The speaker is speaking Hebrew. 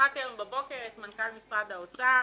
שמעתי הבוקר את מנכ"ל משרד האוצר